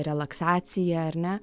relaksaciją ar ne